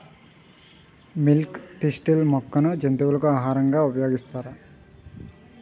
Milk thistle మొక్కను జంతువులకు ఆహారంగా ఉపయోగిస్తారా?